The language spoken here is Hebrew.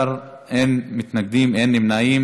בעד, 11, אין מתנגדים, אין נמנעים.